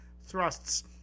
Thrusts